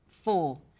Four